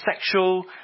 sexual